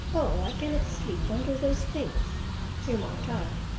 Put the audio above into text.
o i cannot sleep under those things remarked i,